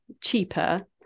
cheaper